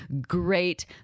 great